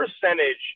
percentage